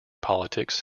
politics